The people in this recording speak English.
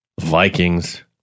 Vikings